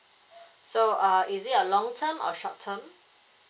so uh is it a long time or short term